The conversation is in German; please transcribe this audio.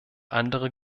andere